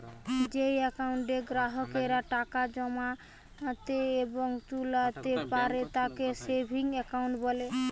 যেই একাউন্টে গ্রাহকেরা টাকা জমাতে এবং তুলতা পারে তাকে সেভিংস একাউন্ট বলে